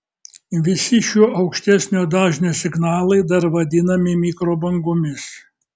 visi šiuo aukštesnio dažnio signalai dar vadinami mikrobangomis